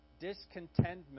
discontentment